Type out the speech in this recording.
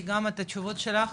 כי גם את התשובות שלך,